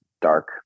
dark